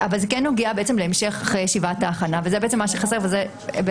זה כן נוגע להמשך ישיבת ההכנה וזה מה שחסר וזה מה